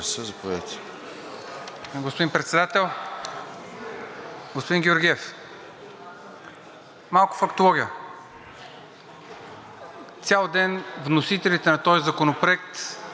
Господин Председател, господин Георгиев! Малко фактология. Цял ден вносителите на този законопроект